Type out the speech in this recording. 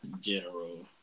general